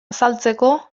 azaltzeko